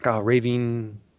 Raving